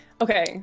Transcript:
Okay